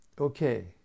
Okay